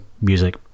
music